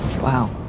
Wow